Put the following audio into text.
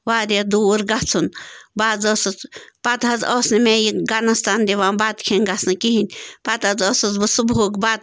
واریاہ دوٗر گژھُن بہٕ حظ ٲسٕس پَتہٕ حظ ٲس نہٕ مےٚ یہِ گَنَس تان دِوان بَتہٕ کھیٚنۍ گژھنہٕ کِہیٖنۍ پَتہٕ حظ ٲسٕس بہٕ صُبحُک بَتہٕ